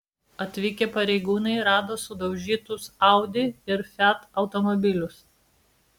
atvykę pareigūnai rado sudaužytus audi ir fiat automobilius